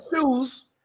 shoes